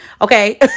Okay